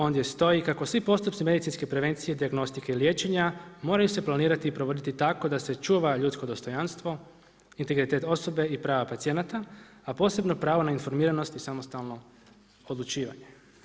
Ondje stoji kako svi postupci medicinske prevencije, dijagnostike i liječenja moraju se planirati i provoditi tako da se čuva ljudsko dostojanstvo, integritet osobe i prava pacijenata, a posebno pravo na informiranost i samostalno odlučivanje.